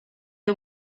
que